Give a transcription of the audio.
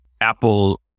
Apple